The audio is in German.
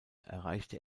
erreichte